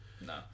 No